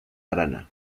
arana